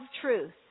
Truth